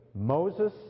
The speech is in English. Moses